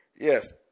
Yes